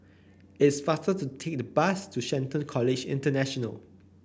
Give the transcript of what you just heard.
it's faster to take the bus to Shelton College International